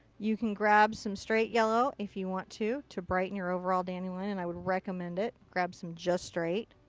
you can grab some straight yellow if you want to to brighten your overall dandelion. and i recomment it. grab some just straight.